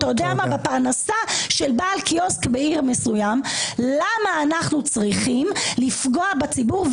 בפרנסה של בעל קיוסק בעיר מסוימת למה אנחנו צריכים לפגוע בציבור?